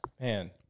Man